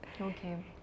Okay